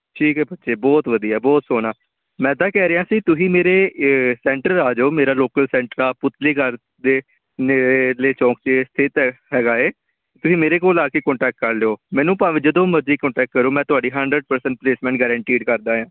ਠੀਕ ਹੈ ਬੱਚੇ ਬਹੁਤ ਵਧੀਆ ਬਹੁਤ ਸੋਹਣਾ ਮੈਂ ਤਾਂ ਕਹਿ ਰਿਹਾ ਸੀ ਤੁਸੀਂ ਮੇਰੇ ਸੈਂਟਰ ਆ ਜਾਓ ਮੇਰਾ ਲੋਕਲ ਸੈਂਟਰ ਆ ਪੁਤਲੀ ਘਰ ਦੇ ਨੇੜੇਲੇ ਚੌਂਕ 'ਚ ਸਥਿਤ ਹੈ ਹੈਗਾ ਏ ਤੁਸੀਂ ਮੇਰੇ ਕੋਲ ਆ ਕੇ ਕੋਂਟੈਕਟ ਕਰ ਲਿਓ ਮੈਨੂੰ ਭਾਵੇਂ ਜਦੋਂ ਮਰਜ਼ੀ ਕੋਂਟੈਕਟ ਕਰੋ ਮੈਂ ਤੁਹਾਡੀ ਹੰਡਰਡ ਪਰਸੈਂਟ ਪਲੇਸਮੈਂਟ ਗਰੈਂਟਿਡ ਕਰਦਾ ਆ